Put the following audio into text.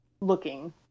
looking